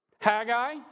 Haggai